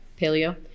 paleo